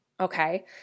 okay